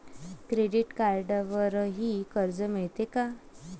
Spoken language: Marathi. क्रेडिट कार्डवरही कर्ज मिळते का?